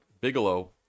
Bigelow